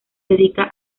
dedica